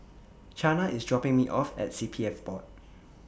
Chana IS dropping Me off At CPF Board